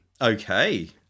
okay